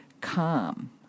calm